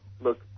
look